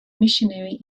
missionary